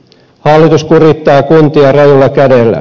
hallitus kurittaa kuntia rajulla kädellä